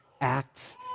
acts